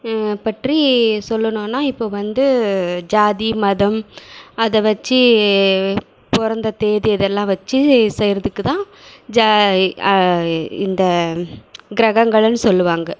பற்றி சொல்லணும்னா இப்போ வந்து ஜாதி மதம் அதைவச்சி பிறந்ததேதி அதெல்லாம் வச்சு செய்கிறதுக்கு தான் ஜாய் இந்த கிரகங்களும்னு சொல்லுவாங்கள்